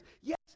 yes